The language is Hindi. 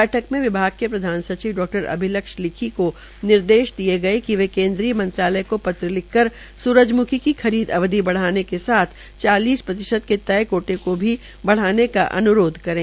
बैठक में विभाग के प्रधान सचिव डा अभिलक्ष लिखि को निर्देश दिये गये कि वे केन्द्रीय मंत्रालय को पत्र लिखकर सूरजम्खी की खरीद अवधि बढ़ाने के साथ चालीस प्रतिशत के तय कोटे को भी बढ़ाने को अन्रोध करें